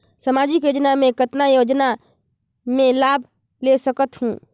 समाजिक योजना मे कतना योजना मे लाभ ले सकत हूं?